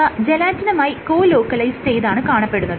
ഇവ ജലാറ്റിനുമായി colocalise ചെയ്താണ് കാണപ്പെടുന്നത്